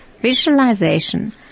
visualization